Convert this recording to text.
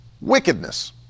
wickedness